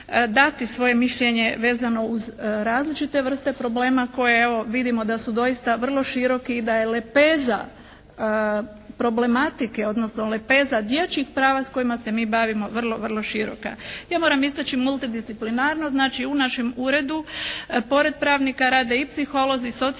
dati svoje mišljenje vezano uz različite vrste problema koje evo vidimo da su doista vrlo široki i da je lepeza problematike, odnosno lepeza dječjih prava s kojima se mi bavimo vrlo, vrlo široka. Ja moram istaći multidisciplinarnost. Znači u našem uredu pored pravnika rade i psiholozi, socijalni